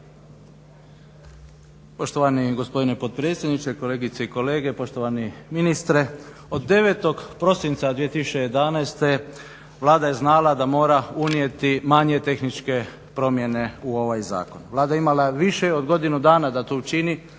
Poštovani gospodine potpredsjedniče, kolegice i kolege, poštovani ministre. Od 9. prosinca 2011. Vlada je znala da mora unijeti manje tehničke promjene u ovaj zakon. Vlada je imala više od godinu dana da to učini